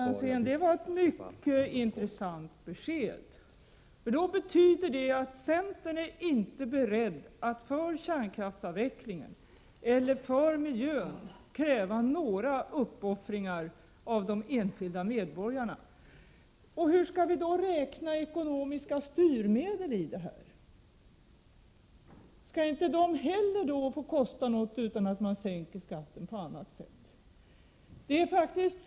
Fru talman! Det var ett mycket intressant besked Ivar Franzén gav. Det betyder att centern inte är beredd att för kärnkraftsavvecklingen eller för miljön kräva några uppoffringar av de enskilda medborgarna. Hur skall vi resonera beträffande ekonomiska styrmedel? Skall inte heller de få kosta något, utan att man sänker skatten på annat sätt?